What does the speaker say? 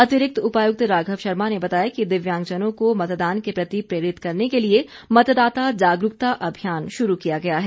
अतिरिक्त उपायुक्त राघव शर्मा ने बताया है कि दिव्यांगजनों को मतदान के प्रति प्रेरित करने के लिए मतदाता जागरूकता अभियान शुरू किया गया है